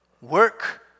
work